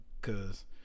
Cause